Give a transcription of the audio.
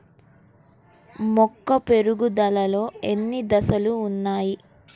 మొక్క పెరుగుదలలో ఎన్ని దశలు వున్నాయి?